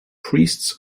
priests